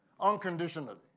Unconditionally